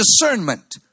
discernment